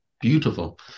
beautiful